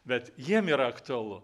bet jiem yra aktualu